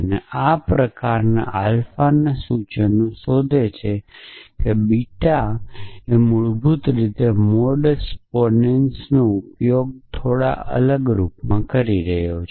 અને આ પ્રકારનાં આલ્ફાના સૂચનો શોધે છે બીટા તેથી મૂળભૂત રીતે તે મોડ મોડસ પોનેનસ નો ઉપયોગ થોડો અલગ સ્વરૂપમાં કરી રહ્યો છે